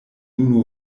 unu